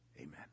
Amen